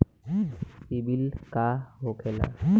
सीबील का होखेला?